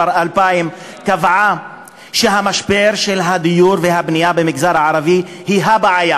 קבעה שמשבר הדיור והבנייה במגזר הערבי הוא הבעיה,